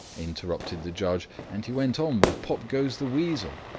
interrupted the judge, and he went on with pop goes the weasel.